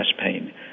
pain